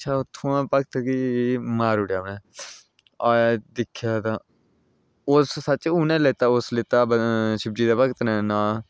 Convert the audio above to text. अच्छा उ'त्थुआं भगत गी मारू ओड़ेआ उ'नें आए दिक्खेआ तां उस सच्च उ'नें लैता उस लैता शिवजी दे भगत ने नांऽ